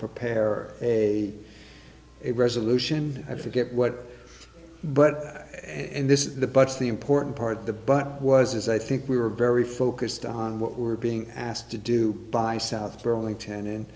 prepare a resolution i forget what but and this is the but the important part the but was is i think we were very focused on what we're being asked to do by south burlington and